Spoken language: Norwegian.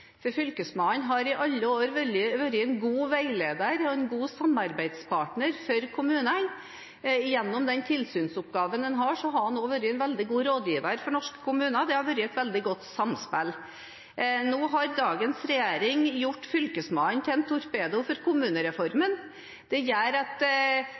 framover. Fylkesmannen har i alle år vært en god veileder og en god samarbeidspartner for kommunene. Gjennom den tilsynsoppgaven han har, har han også vært en veldig god rådgiver for norske kommuner. Det har vært et veldig godt samspill. Nå har dagens regjering gjort Fylkesmannen til en torpedo for kommunereformen. Det gjør at